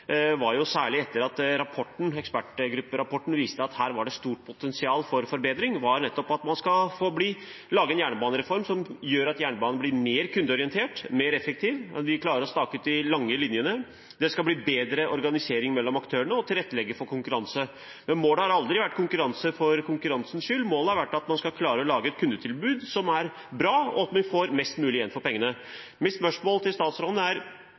særlig etter at ekspertgrupperapporten viste at her var det stort potensial for bedring – var nettopp å gjøre jernbanen mer kundeorientert og mer effektiv, at vi klarer å stake ut de lange linjene. Det skal bli bedre organisering mellom aktørene, og vi skal tilrettelegge for konkurranse. Målet har aldri vært konkurranse for konkurransens skyld. Målet er at man skal klare å lage et kundetilbud som er bra, og at vi får mest mulig igjen for pengene. Mitt spørsmål til statsråden er: